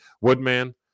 Woodman